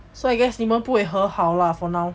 so I guess 你们不会和好 lah for now